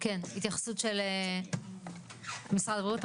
כן, התייחסות של משרד הבריאות.